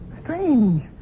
Strange